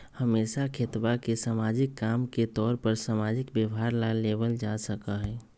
हमेशा खेतवा के सामाजिक काम के तौर पर सामाजिक व्यवहार ला लेवल जा सका हई